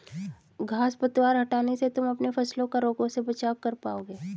घांस पतवार हटाने से तुम अपने फसलों का रोगों से बचाव कर पाओगे